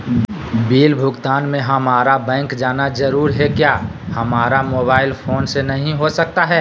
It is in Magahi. बिल भुगतान में हम्मारा बैंक जाना जरूर है क्या हमारा मोबाइल फोन से नहीं हो सकता है?